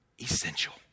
essential